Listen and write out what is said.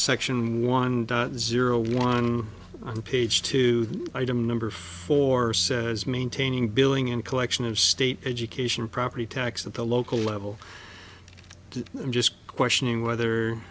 section one zero one on page two item number four says maintaining billing and collection of state education property tax of the local level i'm just questioning whether